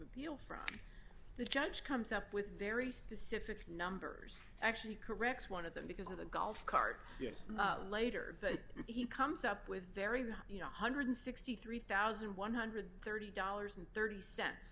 appeal from the judge comes up with very specific numbers actually corrects one of them because of the golf cart later that he comes up with very well you know one hundred and sixty three thousand one hundred and thirty dollars thirty cents